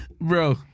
Bro